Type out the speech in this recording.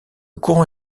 courant